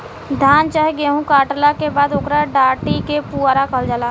धान चाहे गेहू काटला के बाद ओकरा डाटी के पुआरा कहल जाला